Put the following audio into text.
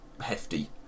hefty